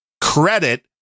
credit